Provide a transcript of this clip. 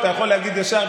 אתה יכול להגיד ישר,